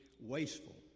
wasteful